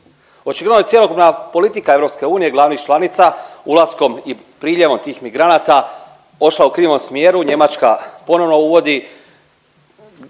Očigledno je cjelokupna politika EU glavnih članica ulaskom i priljevom tih migranata ošla u krivom smjeru. Njemačka ponovo uvodi